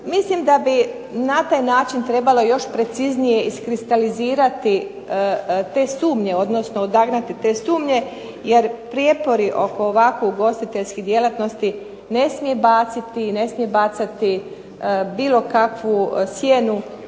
Mislim da bi na taj način trebalo preciznije iskristalizirati te sumnje, odnosno odagnati te sumnje, jer prijepori oko ovako ugostiteljskih djelatnosti ne smije bacati bilo kakvu sjenu